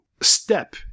step